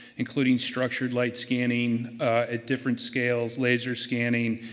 including structured light scanning at different scales, laser scanning,